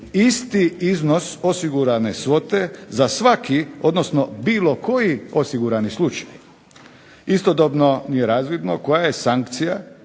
isti iznos osigurane svote za svaki odnosno bilo koji osigurani slučaj. Istodobno nije razvidno koja je sankcija